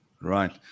right